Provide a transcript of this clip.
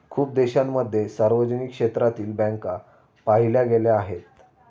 खूप देशांमध्ये सार्वजनिक क्षेत्रातील बँका पाहिल्या गेल्या आहेत